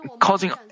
causing